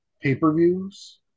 pay-per-views